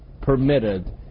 permitted